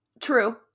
True